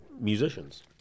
musicians